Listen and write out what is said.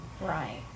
right